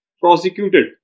prosecuted